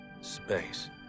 space